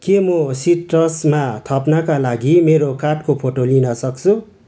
के म सिट्रसमा थप्नका लागि मेरो कार्डको फोटो लिन सक्छु